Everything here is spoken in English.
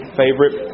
favorite